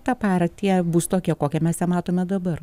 tą parą tie bus tokia kokią mes ją matome dabar